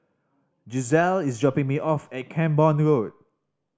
Gisselle is dropping me off at Camborne Road